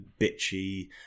bitchy